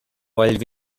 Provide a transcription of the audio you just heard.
while